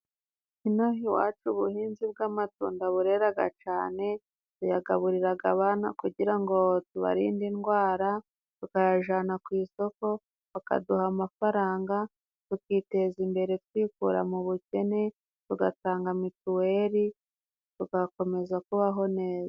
Inaha iwacu ubuhinzi bw'amatunda burera cyane. Tuyagaburira abana kugira ngo tubarinde indwara, tukayajyana ku isoko bakaduha amafaranga, tukiteza imbere twikura mu bukene, tugatanga mituweli, tugakomeza kubaho neza.